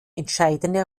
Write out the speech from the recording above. entscheidende